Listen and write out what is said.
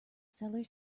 cellar